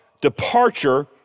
departure